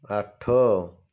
ଆଠ